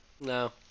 No